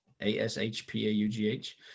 A-S-H-P-A-U-G-H